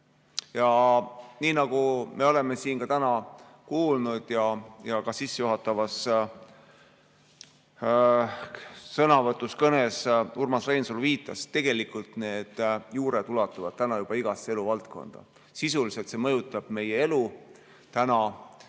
Ja nii nagu me oleme siin tänagi kuulnud, nagu ka sissejuhatavas sõnavõtus-kõnes Urmas Reinsalu viitas: tegelikult need juured ulatuvad juba igasse eluvaldkonda. Sisuliselt see mõjutab meie elu täna